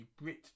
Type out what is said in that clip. Brit